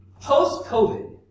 Post-COVID